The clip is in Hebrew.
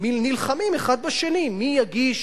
נלחמים האחד בשני מי יגיש